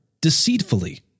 deceitfully